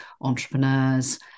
entrepreneurs